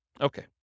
Okay